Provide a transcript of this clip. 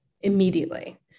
immediately